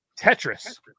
Tetris